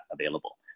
available